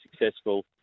successful